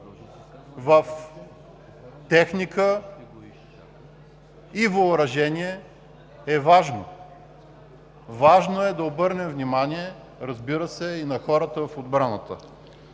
в техника и въоръжение е важно. Важно е да обърнем внимание, разбира се, и на хората в отбраната.